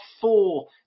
four